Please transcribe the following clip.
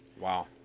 wow